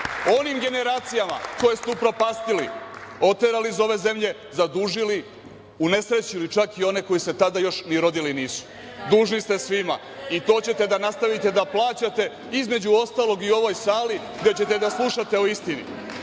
onim generacijama koje ste upropastili, oterali iz ove zemlje, zadužili, unesrećili čak i one koji se tada još ni rodili nisu. Dužni ste svima i to ćete da nastavite da plaćate, između ostalog, i u ovoj sali, gde ćete da slušate o istini.